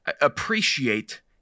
appreciate